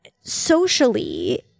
Socially